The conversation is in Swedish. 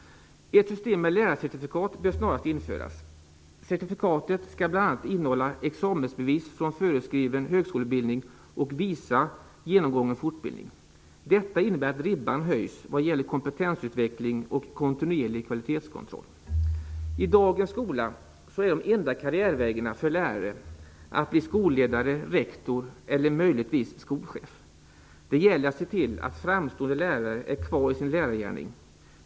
Ett system med lärarcertifikat bör snarast införas. Certifikatet skall bl.a. innehålla examensbevis från föreskriven högskoleutbildning och visa genomgången fortbildning. Detta innebär att ribban höjs vad gäller kompetensutveckling och kontinuerlig kvalitetskontroll. I dagens skola är de enda karriärvägarna för lärare att bli skolledare, rektor eller möjligtvis skolchef. Det gäller att se till att framstående lärare är kvar i sin lärargärning.